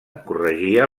corregia